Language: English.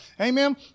Amen